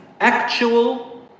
actual